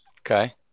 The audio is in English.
Okay